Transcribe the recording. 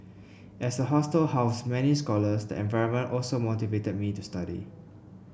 as the hostel housed many scholars the environment also motivated me to study